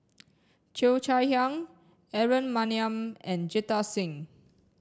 Cheo Chai Hiang Aaron Maniam and Jita Singh